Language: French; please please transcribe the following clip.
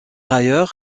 ailleurs